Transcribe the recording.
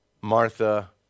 Martha